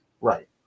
Right